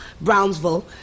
Brownsville